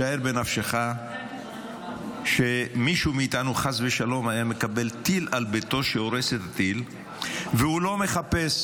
שער בנפשך שמישהו מאיתנו חס ושלום היה מקבל טיל על ביתו והוא לא מחפש